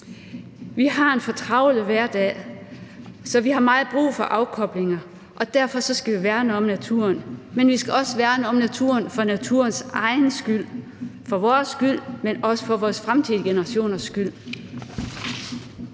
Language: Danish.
Vi har en fortravlet hverdag, så vi har meget brug for afkobling, og derfor skal vi værne om naturen, men vi skal også værne om naturen for naturens egen skyld – for vores skyld, men også for vores fremtidige generationers skyld.